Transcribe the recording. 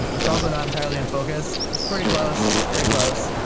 and it's also not entirely in focus. it's pretty close. it's pretty close.